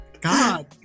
God